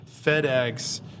FedEx